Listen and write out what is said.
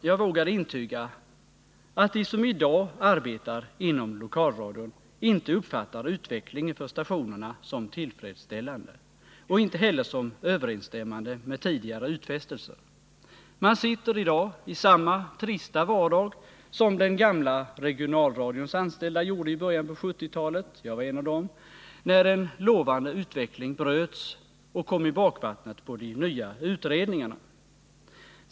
Jag vågar intyga att de som i dag arbetar inom lokalradion inte uppfattar utvecklingen för stationerna som tillfredsställande och inte heller som överensstämmande med tidigare utfästelser. Man sitter i dag i samma trista vardag som den gamla regionalradions anställda gjorde i början , på 1970-talet — jag var en av dem — när en lovande utveckling bröts och kom i bakvattnet på de nya utredningarna.